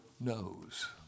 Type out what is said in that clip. knows